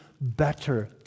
better